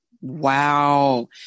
Wow